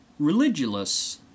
Religulous